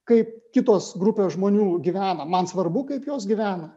kaip kitos grupės žmonių gyvena man svarbu kaip jos gyvena